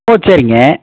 ஓ சரிங்க